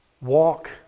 walk